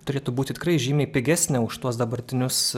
turėtų būti tikrai žymiai pigesnė už tuos dabartinius